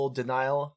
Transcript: denial